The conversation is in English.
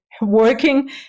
working